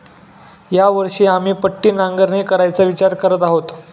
या वर्षी आम्ही पट्टी नांगरणी करायचा विचार करत आहोत